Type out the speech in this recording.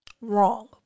wrong